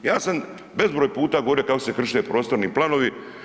Ja sam bezbroj puta govorio kako se krše prostorni planovi.